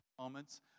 moments